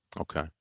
Okay